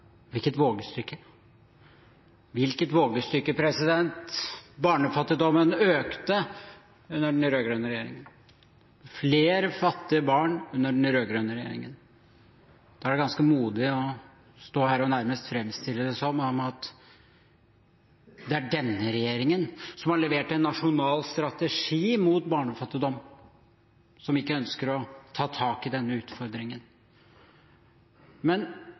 Hvilket vågestykke – for barnefattigdommen økte under den rød-grønne regjeringen. Det var flere fattige barn under den rød-grønne regjeringen. Da er det ganske modig å stå her og nærmest framstille det som at det er denne regjeringen – som har levert en nasjonal strategi mot barnefattigdom – som ikke ønsker å ta tak i denne utfordringen.